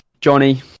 Johnny